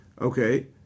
okay